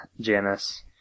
Janice